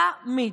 תמיד.